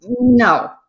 No